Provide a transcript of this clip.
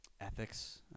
ethics